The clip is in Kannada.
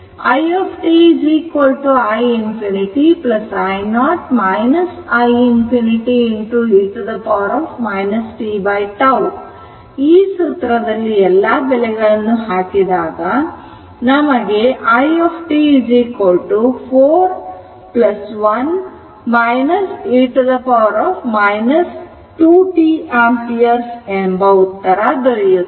i t i ∞ i0 i ∞ e t ಈ ಸೂತ್ರದಲ್ಲಿ ಎಲ್ಲಾ ಬೆಲೆಗಳನ್ನು ಹಾಕಿದಾಗ ನಮಗೆ i t 4 1 - e 2t ampere ಎಂಬ ಉತ್ತರ ದೊರೆಯುತ್ತದೆ